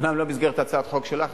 אומנם לא במסגרת הצעת החוק שלך,